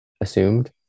assumed